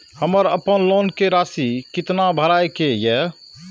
हमर अपन लोन के राशि कितना भराई के ये?